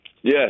Yes